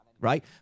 right